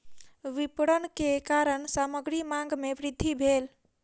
विपरण के कारण सामग्री मांग में वृद्धि भेल